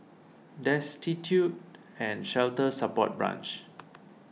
Destitute and Shelter Support Branch